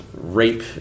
rape